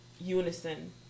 unison